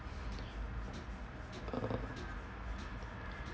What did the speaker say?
uh